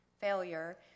failure